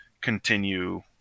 continue